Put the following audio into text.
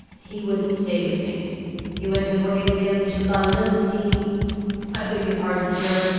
he wouldn't stay with me he went away again to london he i beg your pardon, sir!